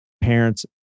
parents